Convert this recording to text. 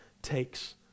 Takes